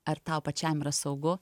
ar tau pačiam yra saugu